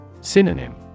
synonym